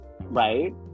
right